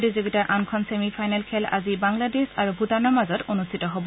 প্ৰতিযোগিতাৰ আনখন semi final খেল আজি বাংলাদেশ আৰু ভূটানৰ মাজত অনুষ্ঠিত হ'ব